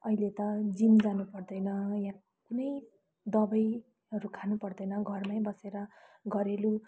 अहिले त जिम जानु पर्दैन यहाँ कुनै दबाईहरू खानु पर्दैन घरमा बसेर घरेलु